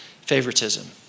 favoritism